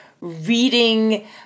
reading